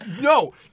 No